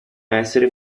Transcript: essere